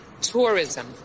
Tourism